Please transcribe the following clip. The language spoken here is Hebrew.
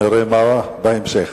הוא אמר: רק